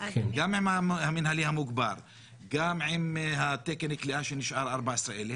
גם עם התקן כליאה שנשאר 14,000,